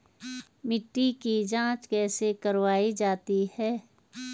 मिट्टी की जाँच कैसे करवायी जाती है?